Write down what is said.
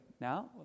now